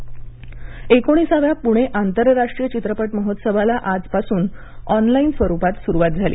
PIFF एकोणिसाव्या पुणे आंतरराष्ट्रीय चित्रपट महोत्सवाला आजपासून ऑनलाइन स्वरूपात सुरुवात झाली